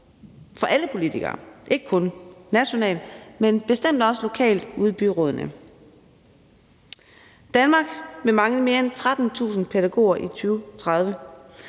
for alle politikere, ikke kun nationalt, men bestemt også lokalt ude i byrådene. Danmark vil mangle mere end 13.000 pædagoger i 2030.